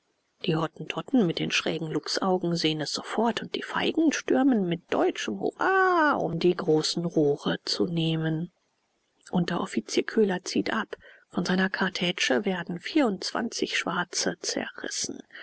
die hottentotten mit den schrägen luchsaugen sehen es sofort und die feigen stürmen mit deutschem hurra um die großen rohre zu nehmen unteroffizier köhler zieht ab von seiner kartätsche werden vierundzwanzig schwarze zerrissen